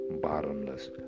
bottomless